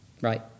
right